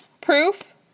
proof